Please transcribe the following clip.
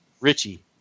Richie